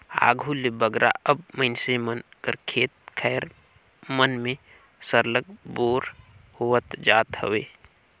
आघु ले बगरा अब मइनसे मन कर खेत खाएर मन में सरलग बोर होवत जात हवे